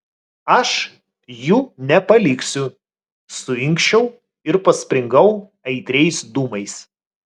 aš jų nepaliksiu suinkščiau ir paspringau aitriais dūmais